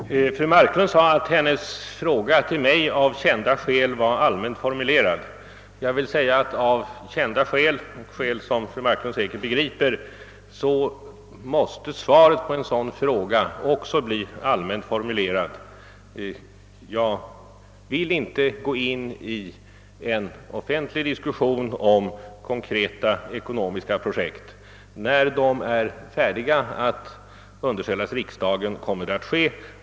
Herr talman! Fru Marklund sade att hennes fråga till mig av kända skäl var allmänt formulerad. Jag kan tillägga att svaret på fru Marklunds fråga, av skäl som fru Marklund säkerligen begriper, också måste bli allmänt formulerat. Jag vill inte gå in på en offentlig diskussion om konkreta ekonomiska projekt. När sådana är färdiga att underställas riksdagen kommer detta att ske.